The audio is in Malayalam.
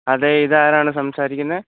അതെ ഇതാരാണ് സംസാരിക്കുന്നത്